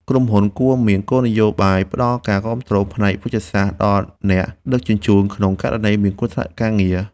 ក្រុមហ៊ុនគួរមានគោលនយោបាយផ្ដល់ការគាំទ្រផ្នែកវេជ្ជសាស្ត្រដល់អ្នកដឹកជញ្ជូនក្នុងករណីមានគ្រោះថ្នាក់ការងារ។